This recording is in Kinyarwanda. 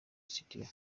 studio